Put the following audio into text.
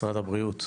משרד הבריאות,